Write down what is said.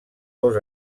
dos